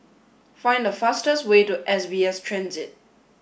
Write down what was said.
find the fastest way to S B S Transit